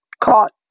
caught